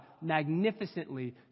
magnificently